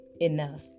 enough